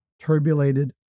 turbulated